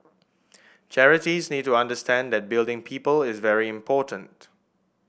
charities need to understand that building people is very important